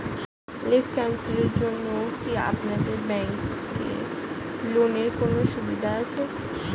Lymph ক্যানসারের জন্য কি আপনাদের ব্যঙ্কে লোনের কোনও সুবিধা আছে?